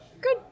good